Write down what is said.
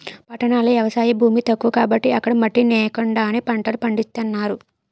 పట్టణాల్లో ఎవసాయ భూమి తక్కువ కాబట్టి అక్కడ మట్టి నేకండానే పంటలు పండించేత్తన్నారు